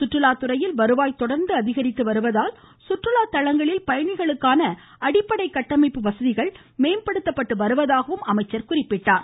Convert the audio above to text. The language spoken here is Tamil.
சுற்றுலாத்துறையில் வருவாய் தொடர்ந்து அதிகரித்து வருவதால் சுற்றுலாத்தளங்களில் பயணிகளுக்கான அடிப்படை கட்டமைப்பு வசதிகள் மேம்படுத்தப்பட்டு வருவதாக தெரிவித்தார்